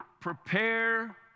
prepare